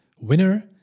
Winner